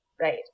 Right